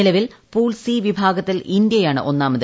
നിലവിൽ pool C വിഭാഗത്തിൽ ഇന്ത്യയാണ് ഒന്നാമത്